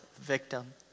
victim